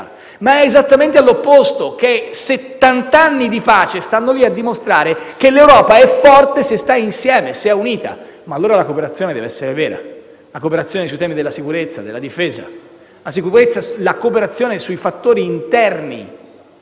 ma esattamente all'opposto: che settant'anni di pace stanno lì a dimostrare che l'Europa è forte se sta insieme, se è unita. Ma allora la cooperazione deve essere vera: sui temi della sicurezza, della difesa, sui fattori interni.